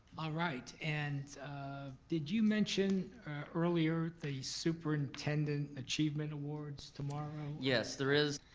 all right, and did you mention earlier the superintendent achievement awards tomorrow? yes, there is,